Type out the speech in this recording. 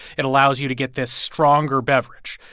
it allows you to get this stronger beverage.